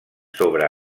sobre